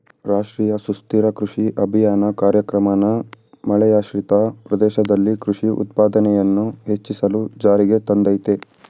ರಾಷ್ಟ್ರೀಯ ಸುಸ್ಥಿರ ಕೃಷಿ ಅಭಿಯಾನ ಕಾರ್ಯಕ್ರಮನ ಮಳೆಯಾಶ್ರಿತ ಪ್ರದೇಶದಲ್ಲಿ ಕೃಷಿ ಉತ್ಪಾದನೆಯನ್ನು ಹೆಚ್ಚಿಸಲು ಜಾರಿಗೆ ತಂದಯ್ತೆ